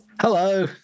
Hello